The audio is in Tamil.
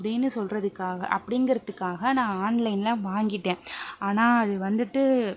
அப்படினு சொல்கிறதுக்காக அப்படிங்கிறதுக்காக நான் ஆன்லைனில் வாங்கிட்டேன் ஆனால் அது வந்துகிட்டு